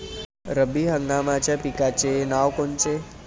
रब्बी हंगामाच्या पिकाचे नावं कोनचे?